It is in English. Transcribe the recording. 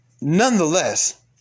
Nonetheless